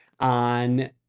on